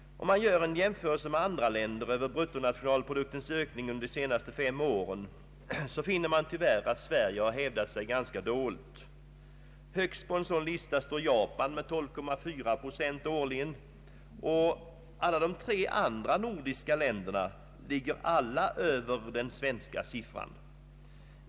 Om man gör en jämförelse med andra länder över bruttonationalproduktens ökning under de senaste fem åren så finner man tyvärr alt Sverige hävdat sig ganska dåligt. Högst på en sådan lista står Japan med 12,4 procent årligen, och alla de tre andra nordiska länderna ligger över den svenska siffran.